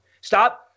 stop